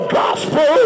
gospel